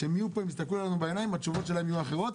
כשהם יהיו פה ויסתכלו לנו בעיניים התשובות שלהם יהיו אחרות,